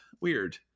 weird